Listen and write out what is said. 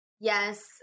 Yes